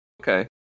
Okay